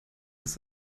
dass